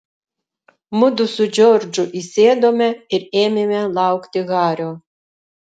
mudu su džordžu įsėdome ir ėmėme laukti hario